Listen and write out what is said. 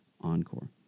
Encore